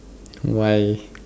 why